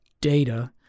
data